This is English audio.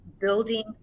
building